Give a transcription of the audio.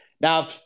Now